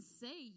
say